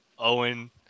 Owen